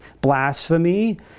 blasphemy